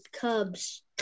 Cubs